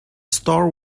store